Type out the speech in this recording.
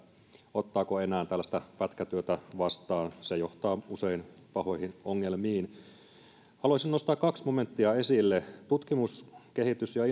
ottaako enää tällaista pätkätyötä vastaan se johtaa usein pahoihin ongelmiin haluaisin nostaa kaksi momenttia esille tutkimus kehitys ja